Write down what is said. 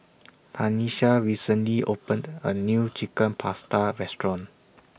Tanisha recently opened A New Chicken Pasta Restaurant